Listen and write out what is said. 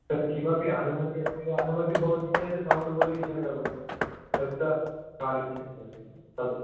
तद् किमपि अनुमतिः अस्ति वा अनुमतिः भवति चेत् सौण्ड् पोल्युशन् कथं भवति शब्दकालुष्यं भवति तद्